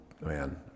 man